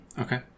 Okay